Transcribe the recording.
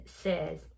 says